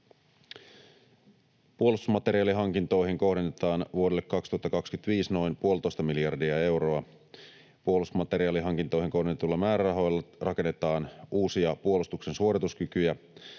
Puolustusmateriaalihankintoihin kohdennetaan vuodelle 2025 noin puolitoista miljardia euroa. Puolustusmateriaalihankintoihin kohdennetuilla määrärahoilla rakennetaan uusia puolustuksen suorituskykyjä,